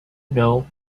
know